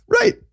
Right